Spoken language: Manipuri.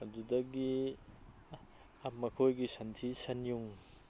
ꯑꯗꯨꯗꯒꯤ ꯃꯈꯣꯏꯒꯤ ꯁꯟꯊꯤ ꯁꯟꯌꯨꯡ